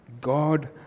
God